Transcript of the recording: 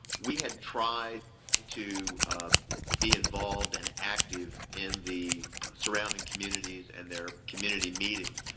we had tried to be involved and active in the surrounding communities and their community meetings,